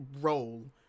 role